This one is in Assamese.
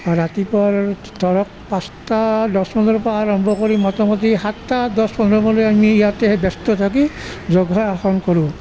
ৰাতিপুৱা ধৰক পাঁচটা দহ মানৰ পৰা আৰম্ভ কৰি মোটামুটি সাতটা দহ পোন্ধৰ মানত আমি ইয়াতে ব্যস্ত থাকি যোগাসন কৰোঁ